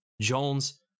Jones